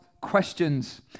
questions